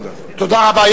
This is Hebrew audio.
תודה רבה.